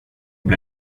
bli